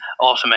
automate